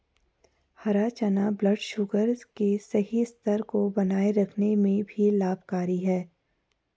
हरा चना ब्लडशुगर के सही स्तर को बनाए रखने में भी लाभकारी है